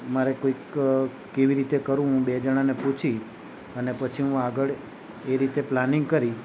મારે કોઈક કેવી રીતે કરવું બે જણાંને પૂછી અને પછી હું આગળ એ રીતે પ્લાનિંગ કરી